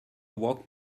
woke